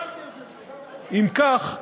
אם כך,